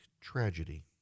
tragedy